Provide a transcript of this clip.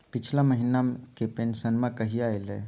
पिछला महीना के पेंसनमा कहिया आइले?